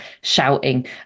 shouting